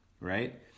right